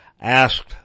asked